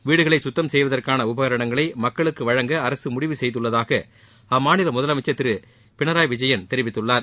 வீடுகளை சுத்தம்செய்வதற்காள உபகரணங்களை மக்களுக்கு வழங்க அரசு முடிவு செய்துள்ளதாக அம்மாநில முதலமைச்சர் திரு பினராய் விஜயன் தெரிவித்துள்ளார்